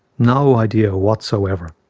no idea whatsoever.